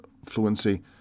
fluency